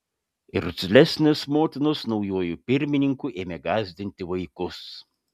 irzlesnės motinos naujuoju pirmininku ėmė gąsdinti vaikus